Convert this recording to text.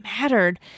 mattered